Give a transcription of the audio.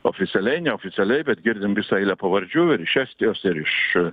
oficialiai neoficialiai bet girdim visą eilę pavardžių ir iš estijos ir iš